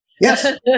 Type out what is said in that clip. yes